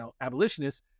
abolitionists